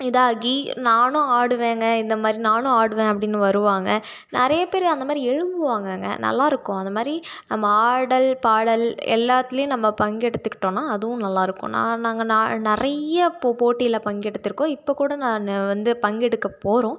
இதாகி நானும் ஆடுவேங்க இந்த மாதிரி நானும் ஆடுவேன் அப்படின்னு வருவாங்க நிறைய பேர் அந்த மாதிரி எழும்புவாங்கங்க நல்லாயிருக்கும் அதை மாதிரி நம்ம ஆடல் பாடல் எல்லாத்திலையும் நம்ம பங்கெடுத்துக்கிட்டோம்னா அதுவும் நல்லாயிருக்கும் நான் நாங்கள் நான் நிறைய போ போட்டியில் பங்கெடுத்திருக்கோம் இப்போ கூட நான் வந்து பங்கெடுக்கப்போகிறோம்